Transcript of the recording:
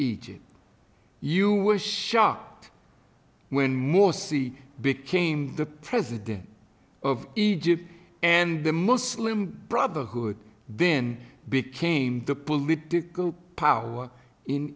egypt you wish shocked when morsi became the president of egypt and the muslim brotherhood then became the political power in